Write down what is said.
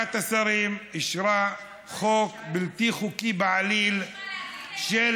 ועדת השרים אישרה חוק בלתי חוקי בעליל של